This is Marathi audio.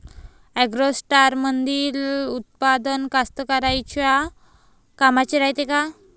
ॲग्रोस्टारमंदील उत्पादन कास्तकाराइच्या कामाचे रायते का?